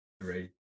Great